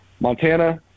Montana